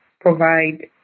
provide